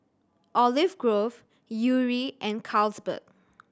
Olive Grove Yuri and Carlsberg